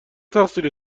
تقصیر